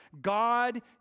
God